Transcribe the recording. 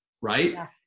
right